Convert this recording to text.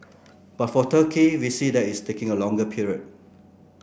but for Turkey we see that its taking a longer period